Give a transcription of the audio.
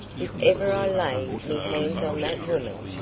if ever i lay me hands on that woman,